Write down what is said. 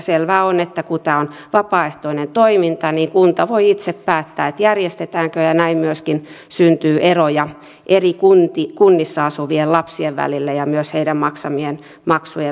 selvää on että kun tämä on vapaaehtoista toimintaa niin kunta voi itse päättää järjestetäänkö ja näin myöskin syntyy eroja eri kunnissa asuvien lapsien välille ja myös heidän maksamiensa maksujen välille